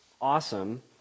awesome